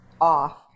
off